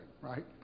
right